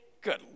Good